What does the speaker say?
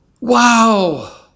wow